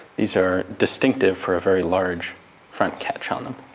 these are distinctive for a very large front catch on them.